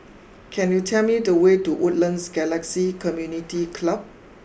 can you tell me the way to Woodlands Galaxy Community Club